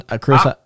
Chris